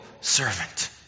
servant